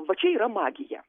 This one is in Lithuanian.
va čia yra magija